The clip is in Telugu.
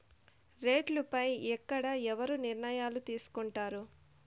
రేట్లు పై ఎక్కడ ఎవరు నిర్ణయాలు తీసుకొంటారు?